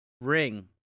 ring